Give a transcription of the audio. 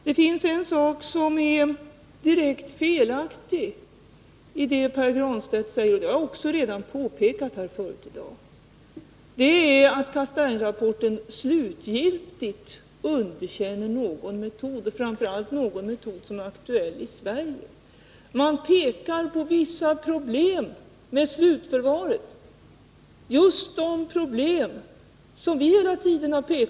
Det finns en sak som är direkt felaktig i det Pär Granstedt säger, vilket jag redan tidigare i dag påpekat, nämligen att Castaingrapporten slutgiltigt skulle underkänna någon metod, framför allt någon metod som är aktuell i Sverige. Man har pekat på vissa problem med slutförvaringen. Det gäller just de problem som vi hela tiden talat om.